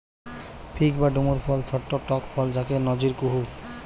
fig বা ডুমুর ফল ছট্ট টক ফল যাকে নজির কুহু